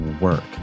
work